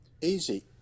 Easy